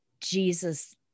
Jesus